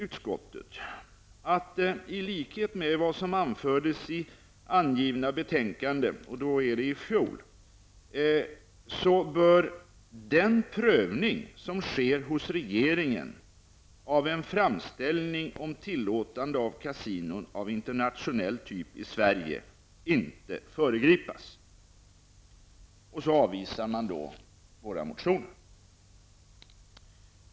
Utskottet säger att i likhet med vad som anfördes i angivna betänkande i fjol, bör den prövning som sker hos regeringen av en framställning om tillåtande av kasinon av internationell typ i Sverige inte förgripas. Därefter avvisar man våra motioner.